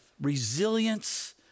resilience